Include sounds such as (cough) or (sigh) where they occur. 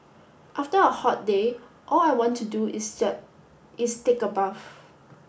after a hot day all I want to do is (unintelligible) is take a bath